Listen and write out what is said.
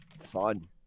fun